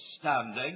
standing